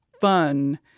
fun